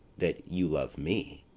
that you love me.